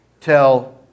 tell